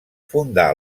fundà